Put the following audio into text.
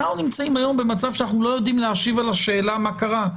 אנחנו נמצאים היום במצב שאנחנו לא יודעים להשיב על השאלה מה קרה.